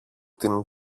την